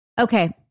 Okay